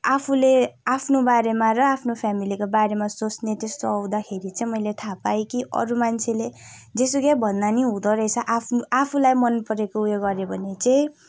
आफुले आफ्नो बारेमा र आफ्नो फेमिलीको बारेमा सोच्ने त्यस्तो आउँदाखेरि चाहिँ मैले थाहा पाएँ कि अरू मान्छेले जेसुकै भन्दा पनि हुँदो रहेछ आफुलाई मन परेको उयो गऱ्यो भने चाहिँ